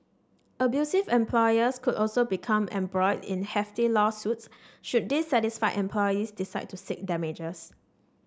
abusive employers could also become embroiled in hefty lawsuits should dissatisfied employees decide to seek damages